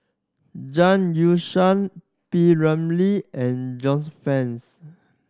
Zhang Youshuo P Ramlee and Joyce Fans